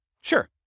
Sure